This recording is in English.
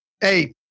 Hey